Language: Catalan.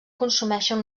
consumeixen